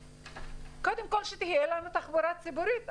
קודם כול שתהיה לנו תחבורה ציבורית.